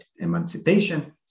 emancipation